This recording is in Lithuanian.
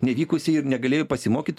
nevykusiai ir negalėjo pasimokyt